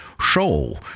show